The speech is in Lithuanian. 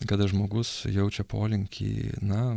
kada žmogus jaučia polinkį na